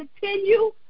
continue